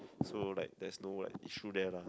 so like there's no like issue there lah